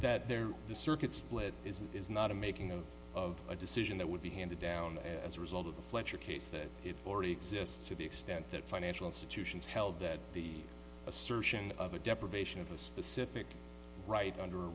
there the circuit split is is not a making of a decision that would be handed down as a result of the fletcher case that already exists to the extent that financial institutions held that the assertion of a deprivation of a specific right under